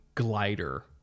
Glider